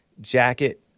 jacket